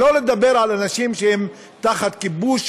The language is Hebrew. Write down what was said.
שלא לדבר על אנשים שהם תחת כיבוש,